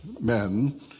men